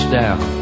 down